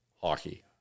hockey